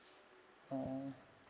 orh